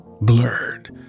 blurred